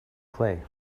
clay